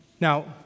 Now